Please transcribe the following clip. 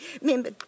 Remember